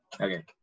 Okay